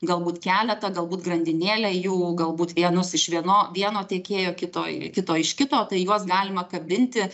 galbūt keletą galbūt grandinėlę jų galbūt vienus iš vieno vieno tiekėjo kitoj kito iš kito tai juos galima kabinti